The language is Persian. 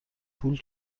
پول